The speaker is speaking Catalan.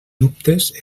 dubtes